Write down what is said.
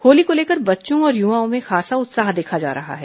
होली को लेकर बच्चों और युवाओं में खासा उत्साह देखा जा रहा है